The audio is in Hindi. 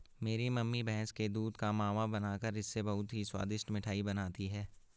मेरी मम्मी भैंस के दूध का मावा बनाकर इससे बहुत ही स्वादिष्ट मिठाई बनाती हैं